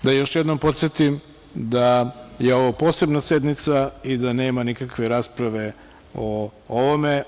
Želim još jednom da podsetim da je ovo Posebna sednica i da nema nikakve rasprave o ovome.